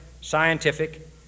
scientific